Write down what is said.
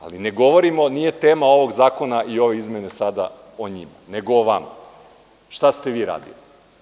Ali, nije tema ovog zakona i ove izmene sada o njima, nego o vama, šta ste vi radili.